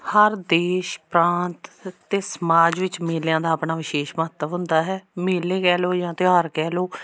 ਹਰ ਦੇਸ਼ ਪ੍ਰਾਂਤ ਅਤੇ ਸਮਾਜ ਵਿੱਚ ਮੇਲਿਆਂ ਦਾ ਆਪਣਾ ਵਿਸ਼ੇਸ਼ ਮਹੱਤਵ ਹੁੰਦਾ ਹੈ ਮੇਲੇ ਕਹਿ ਲਉ ਜਾਂ ਤਿਉਹਾਰ ਕਹਿ ਲਉ